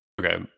Okay